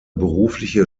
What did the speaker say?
berufliche